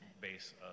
base